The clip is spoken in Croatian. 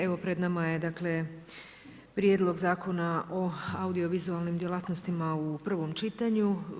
Evo pred nama je Prijedlog zakona o audiovizualnim djelatnostima u prvom čitanju.